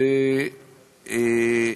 צודק.